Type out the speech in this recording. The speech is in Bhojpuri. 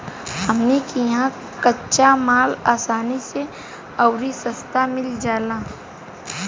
हमनी किहा कच्चा माल असानी से अउरी सस्ता मिल जाला